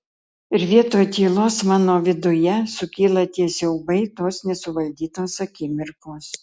ir vietoj tylos mano viduje sukyla tie siaubai tos nesuvaldytos akimirkos